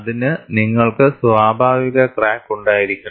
അതിന് നിങ്ങൾക്ക് സ്വാഭാവിക ക്രാക്ക് ഉണ്ടായിരിക്കണം